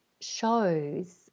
shows